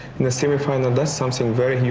in the semi-final, that's something very new.